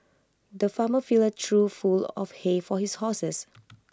the farmer filled A trough full of hay for his horses